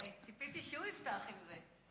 ציפיתי שהוא יפתח עם זה,